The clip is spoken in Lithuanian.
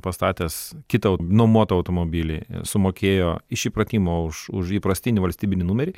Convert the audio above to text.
pastatęs kitą nuomotą automobilį sumokėjo iš įpratimo už įprastinį valstybinį numerį